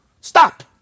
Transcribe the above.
stop